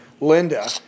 Linda